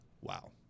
wow